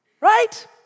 right